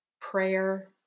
prayer